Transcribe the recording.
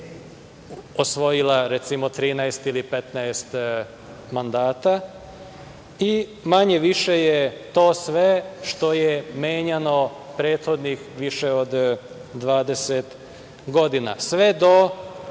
osvojila, recimo, 13 ili 15 mandata, i manje, više, je to sve što je menjano prethodnih više od 20 godina, sve do